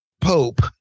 pope